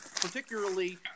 particularly –